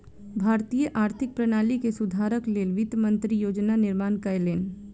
भारतीय आर्थिक प्रणाली के सुधारक लेल वित्त मंत्री योजना निर्माण कयलैन